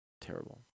terrible